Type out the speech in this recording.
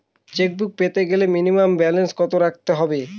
Chequebook পেতে গেলে minimum balance কত রাখতে হবে?